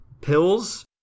pills